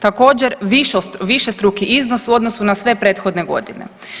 Također višestruki iznos u odnosu na sve prethodne godine.